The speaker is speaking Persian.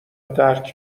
درک